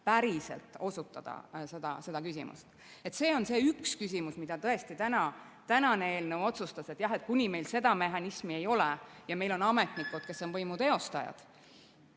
päriselt otsustada seda küsimust. See on üks küsimus, mida tõesti tänane eelnõu otsustas. Jah, kuni meil seda mehhanismi ei ole ja meil on ametnikud, kes on võimu teostajad,